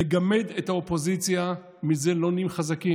לגמד את האופוזיציה, מזה לא נהיים חזקים.